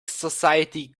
society